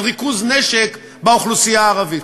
של ריכוז נשק באוכלוסייה הערבית.